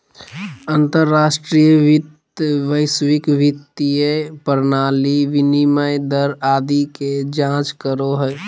अंतर्राष्ट्रीय वित्त वैश्विक वित्तीय प्रणाली, विनिमय दर आदि के जांच करो हय